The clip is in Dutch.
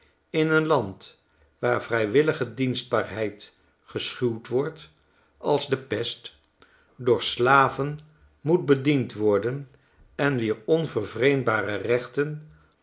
in een land waar vrijwillige dienstbaarheid geschuwd wordt als de pest door slaven moet bediend worden en wier onvervreemdbare rechten